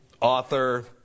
author